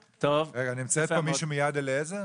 רגע, נמצאת פה מישהי מ"יד אליעזר"?